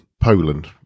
poland